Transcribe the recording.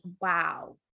wow